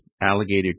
alligator